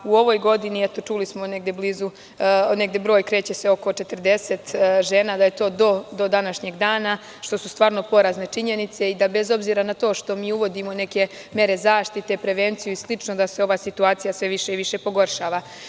U ovoj godini, čuli smo, broj se kreće oko 40 žena, da je to do današnjeg dana, što su stvarno porazne činjenice i da bez obzira na to što mi uvodimo neke mere zaštite, prevencije i slično da se ova situacija sve više i više pogoršava.